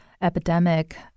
epidemic